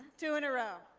two in a row.